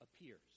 appears